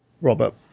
Robert